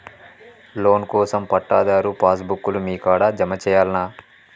Loan కోసం పట్టాదారు passbook లు మీ కాడా జమ చేయల్నా?